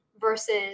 versus